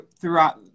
throughout